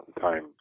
time